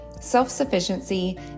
self-sufficiency